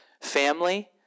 Family